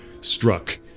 struck